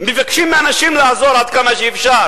מבקשים מאנשים לעזור עד כמה שאפשר,